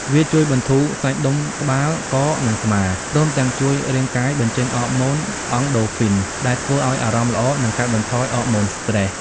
វាជួយបន្ធូរសាច់ដុំក្បាល ក និងស្មា ព្រមទាំងជួយរាងកាយបញ្ចេញអ័រម៉ូន អង់ដូហ្វ៊ីន (Endorphins) ដែលធ្វើឲ្យអារម្មណ៍ល្អ និងកាត់បន្ថយអ័រម៉ូនស្ត្រេស។